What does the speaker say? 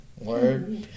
Word